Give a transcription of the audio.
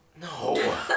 No